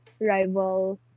rival